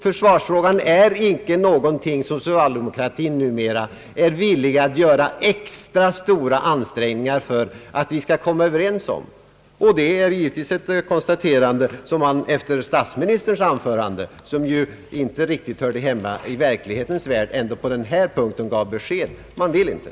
Försvarsfrågan är inte någonting som socialdemokratin numera är villig att göra extra stora ansträngningar för att komma Överens om. Det är givetvis ett beklagligt konstaterande. Statsministerns anförande, som ju inte riktigt hörde hemma i verklighetens värld, gav ändå besked på den punkten.